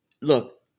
Look